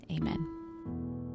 Amen